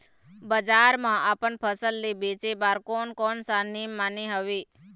बजार मा अपन फसल ले बेचे बार कोन कौन सा नेम माने हवे?